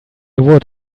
would